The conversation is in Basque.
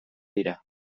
dira